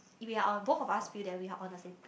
we are on both of us feel that we are on the same page